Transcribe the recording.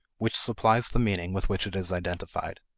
which supplies the meaning with which it is identified.